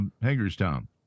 Hagerstown